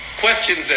Questions